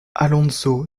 alonso